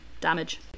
Damage